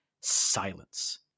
silence